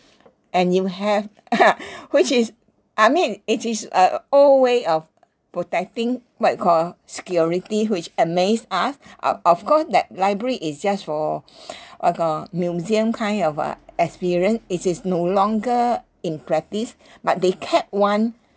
and you have (uh huh) which is I mean it is a old way of protecting what you call security which amazed us uh of course that library is just for what you call museum kind of uh experience it is no longer in practice but they kept one